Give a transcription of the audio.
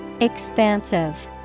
expansive